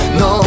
no